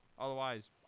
Otherwise